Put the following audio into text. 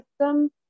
system